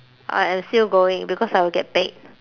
I am still going because I will get paid